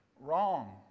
Wrong